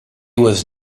was